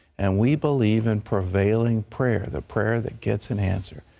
and we believe in prevailing prayer, the prayer that gets an answer.